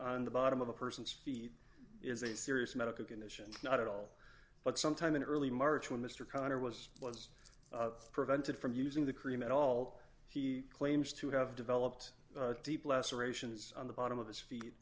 on the bottom of a person's speed is a serious medical condition not at all but sometime in early march when mr connor was less prevented from using the cream at all he claims to have developed a deep lacerations on the bottom of his feet